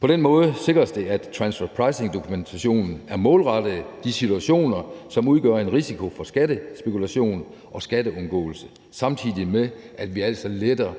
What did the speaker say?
På den måde sikres det, at transfer pricing-dokumentationen er målrettet de situationer, som udgør en risiko for skattespekulation og skatteundgåelse, samtidig med at vi altså letter